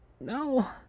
No